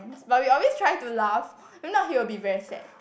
but we always try to laugh if not he will be very sad